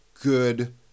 good